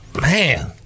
Man